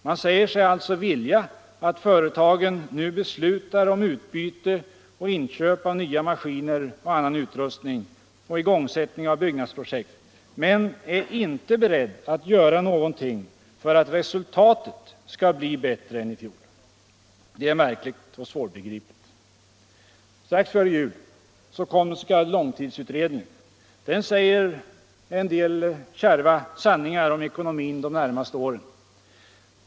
Man säger sig alltså vilja att företagen nu beslutar om utbyte och inköp av nya maskiner och annan utrustning och igångsättning av byggnadsprojekt men är inte beredd att göra någonting för att resultatet skall bli bättre än i fjol. Det är märkligt och svårbegripligt. Strax före jul kom den s.k. långtidsutredningen. Den säger en del kärva sanningar om ekonomin de närmaste åren.